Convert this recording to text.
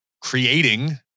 creating